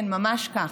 כן, ממש כך.